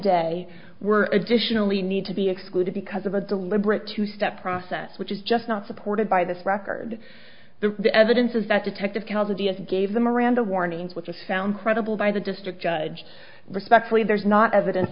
day were additionally need to be excluded because of a deliberate two step process which is just not supported by this record the evidence is that detective counsel just gave the miranda warnings which were found credible by the district judge respectfully there's not evidence